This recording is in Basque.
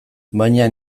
baina